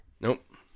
Nope